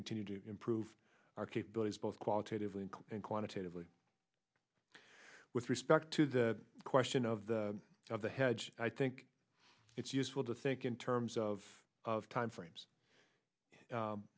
continue to improve our capabilities both qualitatively and quantitatively with respect to the question of the of the hedge i think it's useful to think in terms of of time frames